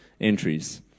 entries